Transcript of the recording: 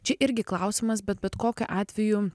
čia irgi klausimas bet bet kokiu atveju